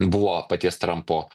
buvo paties trampo